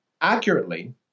accurately